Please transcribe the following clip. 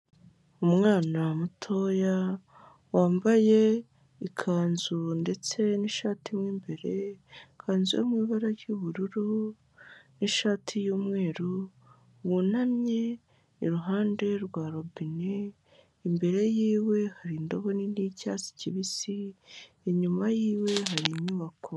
Umwana mutoya wambaye ikanzu ndetse n'ishati mo imbere, ikanzu yo mu ibara ry'ubururu n'ishati y'umweru, wunamye iruhande rwa robine, imbere ye hari indobo nini y'icyatsi kibisi, inyuma ye hari inyubako.